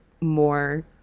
more